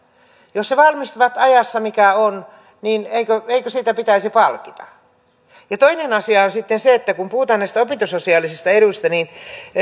he valmistuvat ajassa mikä on niin eikö eikö siitä pitäisi palkita toinen asia on sitten se että kun puhutaan näistä opintososiaalisista eduista niin